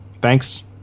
Thanks